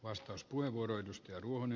arvoisa puhemies